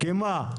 כי מה?